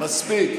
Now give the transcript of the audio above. מספיק, מספיק.